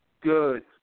good